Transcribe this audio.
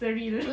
surreal